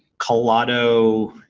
calodo.